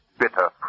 bitter